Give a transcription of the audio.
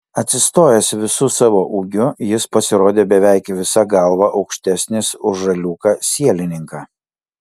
atsistojęs visu savo ūgiu jis pasirodė beveik visa galva aukštesnis už žaliūką sielininką